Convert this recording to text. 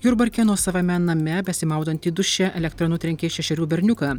jurbarke nuosavame name besimaudantį duše elektra nutrenkė šešerių berniuką